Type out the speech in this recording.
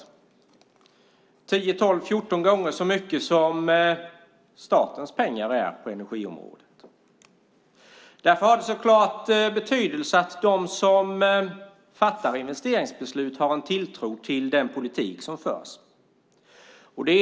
Det är 12-14 gånger så mycket pengar som statens pengar på energiområdet. Därför har det så klart betydelse att de som fattar investeringsbeslut har en tilltro till den politik som förs.